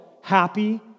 happy